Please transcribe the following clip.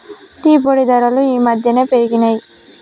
tea పొడి ధరలు ఈ మధ్యన పెరిగినయ్